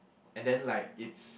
and then like it's